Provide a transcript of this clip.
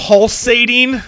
Pulsating